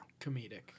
Comedic